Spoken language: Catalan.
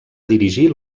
dirigir